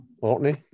Orkney